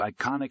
iconic